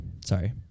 Sorry